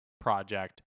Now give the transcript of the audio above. project